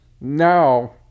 now